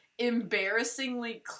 embarrassingly